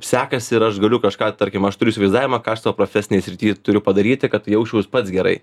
sekasi ir aš galiu kažką tarkim aš turiu įsivaizdavimą ką aš sau profesinėj srity turiu padaryti kad jausčiaus pats gerai